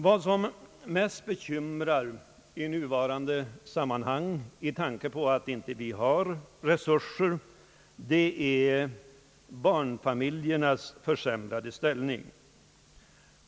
Det som mest bekymrar i nuvarande sammanhang — med tanke på att vi inte har resurser — är barnfamiljernas försämrade ställning.